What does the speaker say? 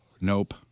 Nope